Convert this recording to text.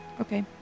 Okay